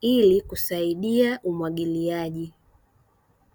ili kusaidia umwagiliaji.